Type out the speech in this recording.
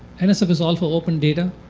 and so is also open data.